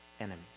enemies